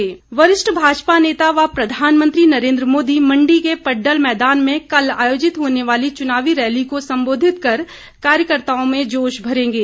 नरेन्द्र मोदी वरिष्ठ भाजपा नेता व प्रधानमंत्री नरेन्द्र मोदी मंडी के पड़डल मैदान में कल आयोजित होने वाली च्नावी रैली को संबोधित कर कार्यकर्ताओं में जोश भरेंगे